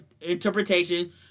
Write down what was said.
interpretation